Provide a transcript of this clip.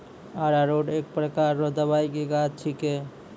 अरारोट एक प्रकार रो दवाइ के गाछ छिके